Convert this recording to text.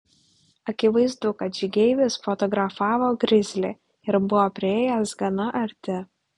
akivaizdu kad žygeivis fotografavo grizlį ir buvo priėjęs gana arti